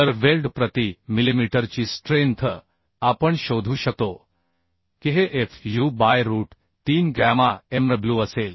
तर वेल्ड प्रति मिलिमीटरची स्ट्रेंथ आपण शोधू शकतो की हे fu by root 3 gamma mw असेल